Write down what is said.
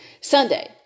Sunday